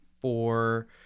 four